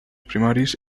primaris